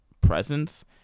presence